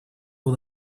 all